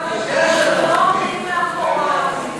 כמה תחזור על הדבר הזה?